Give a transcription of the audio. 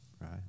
right